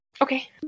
Okay